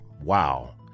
wow